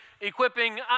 equipping